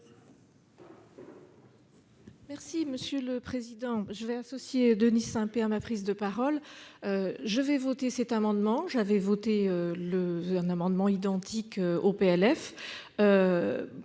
Merci monsieur le président je vais associé Denis Saint-Pé ma prise de parole. Je vais voter cet amendement j'avais voté le un amendement identique au PLF.